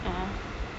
(uh huh)